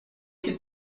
que